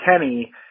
Kenny